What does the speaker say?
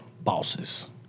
bosses